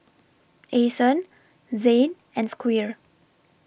Ason Zane and Squire